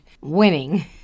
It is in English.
winning